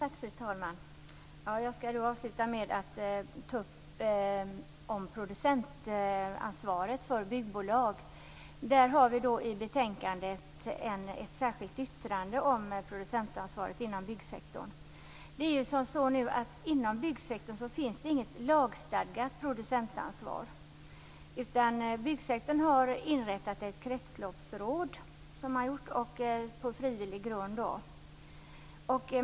Fru talman! Jag skall avsluta med att ta upp producentansvaret för byggbolag. I betänkandet har vi ett särskilt yttrande om producentansvaret inom byggsektorn. Det finns inget lagstadgat producentansvar inom byggsektorn. Byggsektorn har inrättat ett kretsloppsråd på frivillig grund.